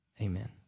amen